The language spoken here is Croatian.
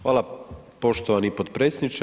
Hvala poštovani potpredsjedniče.